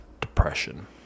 depression